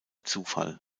zufall